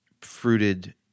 fruited